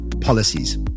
policies